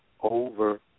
over